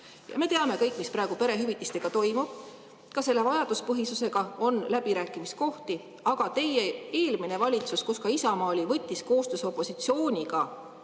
kõik teame, mis praegu perehüvitistega toimub. Ka selle vajaduspõhisusega on läbirääkimiskohti, aga teie eelmine valitsus, kus ka Isamaa oli, võttis koostöös opositsiooniga